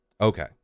Okay